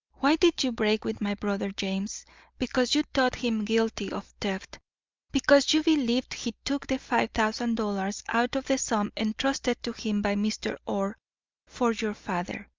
why did you break with my brother james? because you thought him guilty of theft because you believed he took the five thousand dollars out of the sum entrusted to him by mr. orr for your father.